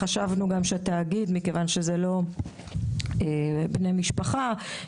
מכיוון שלא מדובר בבני משפחה,